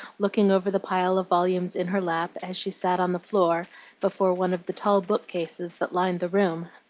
looking over the pile of volumes in her lap, as she sat on the floor before one of the tall book-cases that lined the room.